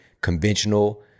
conventional